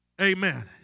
Amen